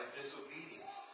disobedience